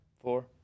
Four